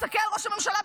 ראש הממשלה,